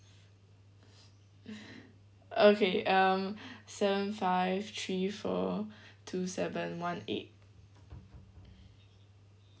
okay um seven five three four two seven one eight